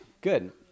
Good